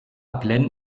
glenn